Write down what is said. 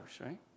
right